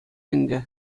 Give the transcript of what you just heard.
ӗнтӗ